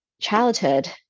childhood